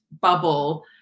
bubble